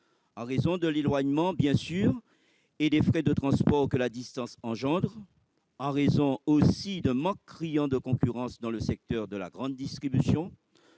en raison de l'éloignement, bien sûr, et des frais de transport que la distance provoque, en raison aussi d'un manque criant de concurrence dans le secteur de la grande distribution.